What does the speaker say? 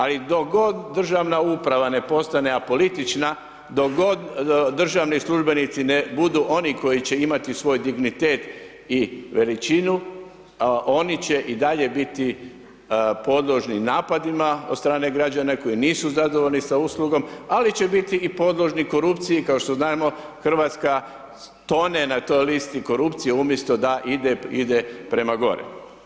A i dok god državna uprava ne postane apolitična, dok god državni službenici ne budu oni koji će imati svoj dignitet i veličinu oni će i dalje biti podložni napadima od strane građana koji nisu zadovolji sa uslugom ali će biti i podložni korupciji i kao što znamo Hrvatska tone na toj listi korupcije umjesto da ide prema gore.